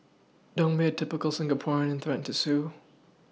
don't be a typical Singaporean and threaten to sue